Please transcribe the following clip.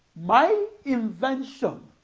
my invention